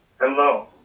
Hello